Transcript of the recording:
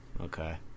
Okay